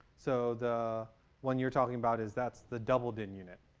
so the one you're talking about is that's the doubleday unit